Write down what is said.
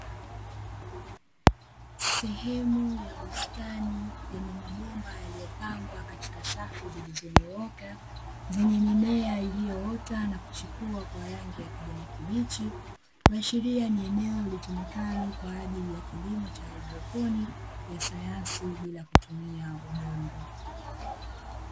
Sehemu ya bustani yenye mabomba yaliyopangwa katika safu zilizonyooka zenye mimea iliyoota na kuchipua kwa rangi ya kijani kibichi kuashiria ni eneo litumikalo kwa ajili ya kilimo cha haidroponi ya sayansi bila kutumia udongo.